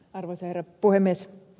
arvoisa herra puhemies